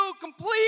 complete